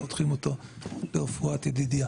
פותחים אותו לרפואת ידידיה.